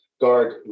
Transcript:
guard